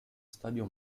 stadio